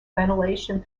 ventilation